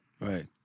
Right